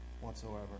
whatsoever